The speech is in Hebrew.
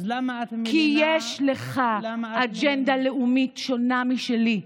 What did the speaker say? אז למה את, כי יש לך אג'נדה לאומית שונה משלי.